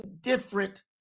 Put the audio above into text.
different